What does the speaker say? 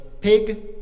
pig